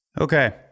Okay